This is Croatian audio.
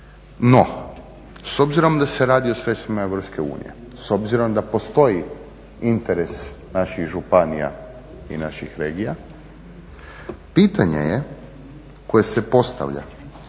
No, s obzirom da se radi o sredstvima EU, s obzirom da postoji interes naših županija i naših regija, pitanje je koje se postavlja